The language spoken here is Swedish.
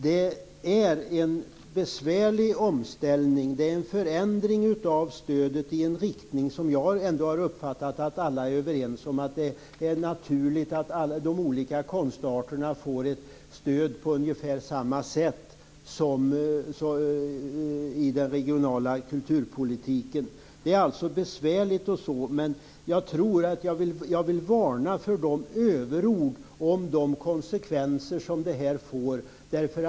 Det är en besvärlig omställning och en förändring av stödet, men jag har ändå uppfattat att alla är överens om att det är naturligt att alla de olika konstarterna får ungefär samma stöd som i den regionala kulturpolitiken. Det är alltså besvärligt, men jag vill varna för de överord om de konsekvenser som förändringen får.